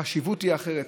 החשיבות היא אחרת,